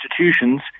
institutions